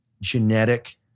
genetic